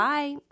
Bye